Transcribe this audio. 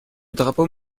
drapeau